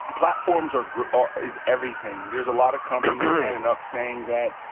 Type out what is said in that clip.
platforms um ah is everything. there's a lot of companies standin' up, saying that,